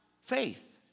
faith